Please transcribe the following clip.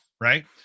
right